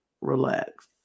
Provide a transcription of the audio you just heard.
Relax